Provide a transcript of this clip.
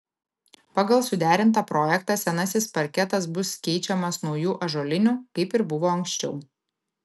pagal suderintą projektą senasis parketas bus keičiamas nauju ąžuoliniu kaip ir buvo anksčiau